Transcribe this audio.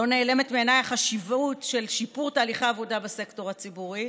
לא נעלמת מעיניי החשיבות של שיפור תהליכי עבודה בסקטור הציבורי,